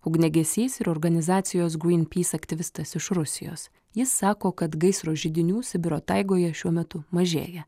ugniagesys ir organizacijos greenpeace aktyvistas iš rusijos jis sako kad gaisro židinių sibiro taigoje šiuo metu mažėja